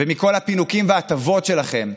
ומכל הפינוקים וההטבות שלכם,